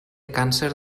càncer